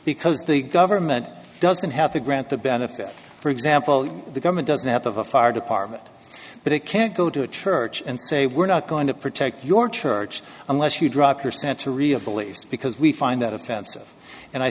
because the government doesn't have to grant the benefit for example the government doesn't have a fire department but it can't go to a church and say we're not going to protect your church unless you drop your century of beliefs because we find that offensive and i